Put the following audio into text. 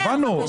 בסדר, הבנו.